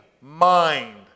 mind